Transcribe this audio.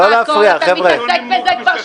לא להפריע, חבר'ה.